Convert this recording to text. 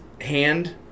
hand